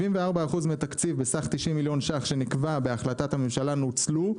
74% מהתקציב בסך 90 מיליון ₪ שנקבע בהחלטת הממשלה נוצלו,